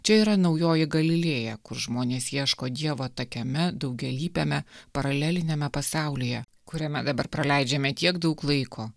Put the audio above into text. čia yra naujoji galilėja kur žmonės ieško dievo tokiame daugialypiame paraleliniame pasaulyje kuriame dabar praleidžiame tiek daug laiko